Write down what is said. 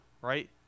right